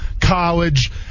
college